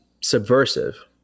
subversive